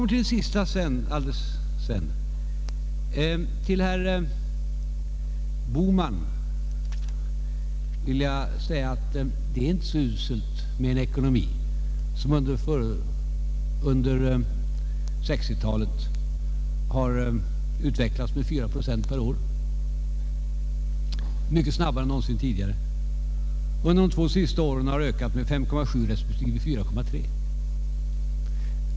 Till herr Bohman vill jag säga att det inte är så uselt med en ekonomi som under 1960-talet har utvecklats med 4 procent per år — mycket snabbare än någonsin tidigare. Under de två senaste åren har ökningen varit 5,7 procent och 4,3 procent.